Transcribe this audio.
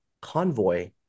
convoy